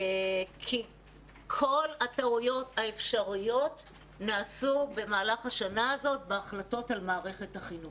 כי כל הטעויות האפשריות נעשו במהלך השנה הזאת בהחלטות על מערכת החינוך.